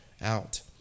out